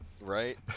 right